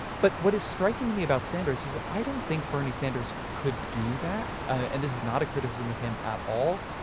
but what is striking to me about sanders is i don't think bernie sanders could do that. and this is not a criticism of him at all.